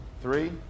three